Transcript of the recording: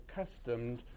accustomed